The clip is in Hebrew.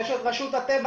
רשות הטבע